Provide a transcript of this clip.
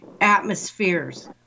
atmospheres